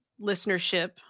listenership